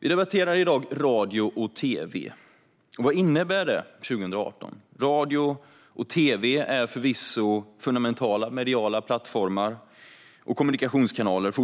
Vi debatterar i dag radio och tv. Vad innebär detta år 2018? Radio och tv är förvisso fortfarande fundamentala mediala plattformar och kommunikationskanaler,